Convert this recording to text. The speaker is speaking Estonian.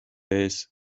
ees